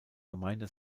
gemeinde